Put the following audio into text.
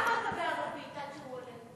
מה אמרת בערבית, עד שהוא עולה?